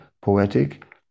poetic